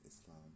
Islam